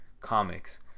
comics